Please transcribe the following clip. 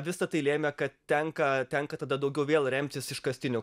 visa tai lėmė kad tenka tenka tada daugiau vėl remtis iškastiniu